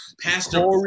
Pastor